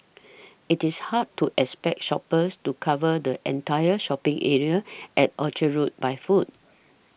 it is hard to expect shoppers to cover the entire shopping area at Orchard Road by foot